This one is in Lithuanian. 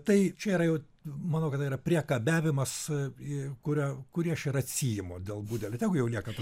tai čia yra jau manau kad tai yra priekabiavimas i kurią kurį aš ir atsiimu dėl budelio tegu jau lieka ta